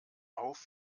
auf